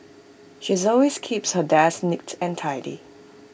she's always keeps her desk neat and tidy